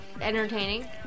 entertaining